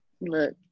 Look